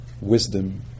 wisdom